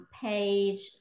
page